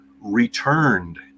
returned